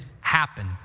happen